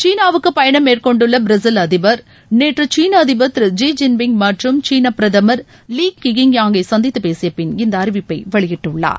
சீனாவுக்கு பயணம் மேற்கொண்டுள்ள பிரேசில் அதிபர் நேற்று சீன அதிபர் திரு ஸி ஜின்பிங் மற்றும் சீன பிரதமர் லீ கிகியாங்கை சந்தித்துப்பேசிய பிள் இந்த அறிவிப்பை வெளியிட்டுள்ளார்